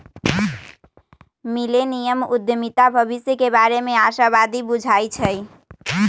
millennium उद्यमीता भविष्य के बारे में आशावादी बुझाई छै